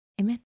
Amen